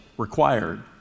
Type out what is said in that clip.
required